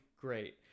great